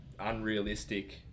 Unrealistic